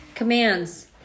Commands